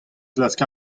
klask